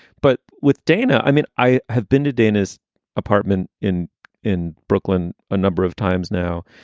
but with dana, i mean, i have been to dana's apartment in in brooklyn a number of times now.